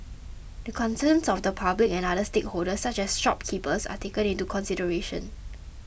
the concerns of the public and other stakeholders such as shopkeepers are taken into consideration